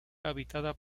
habitada